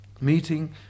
meeting